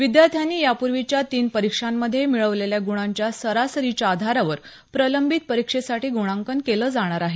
विद्यार्थ्यांनी यापूर्वीच्या तीन परीक्षांमध्ये मिळवलेल्या गुणांच्या सरासरीच्या आधारावर प्रलंबित परीक्षेसाठी गुणांकन केलं जाणार आहे